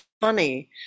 funny